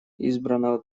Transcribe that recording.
избранного